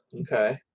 Okay